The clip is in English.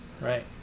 Right